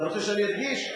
אתה רוצה שאני אדגיש?